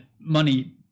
money